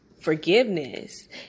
forgiveness